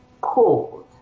called